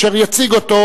אשר יציג אותו,